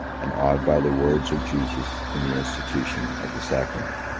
and awed by the words of jesus in the institution of the sacrament.